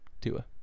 Tua